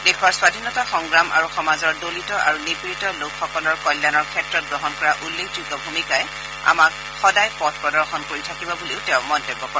দেশৰ স্বাধীনতা সংগ্ৰাম আৰু সমাজৰ দলিত আৰু নিপিডীত লোকসকলৰ কল্যাণৰ ক্ষেত্ৰত গ্ৰহণ কৰা উল্লেখযোগ্য ভূমিকাই আমাক সদায় পথ প্ৰদৰ্শন কৰি থাকিব বুলিও তেওঁ মন্তব্য কৰে